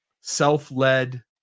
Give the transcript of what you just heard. self-led